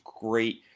great